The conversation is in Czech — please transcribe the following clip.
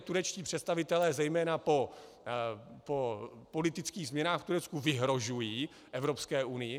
Turečtí představitelé zejména po politických změnách v Turecku vyhrožují Evropské unii.